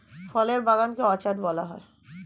ফলের বাগান কে অর্চার্ড বলা হয়